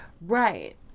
Right